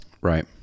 Right